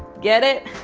get it,